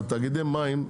תאגידי המים,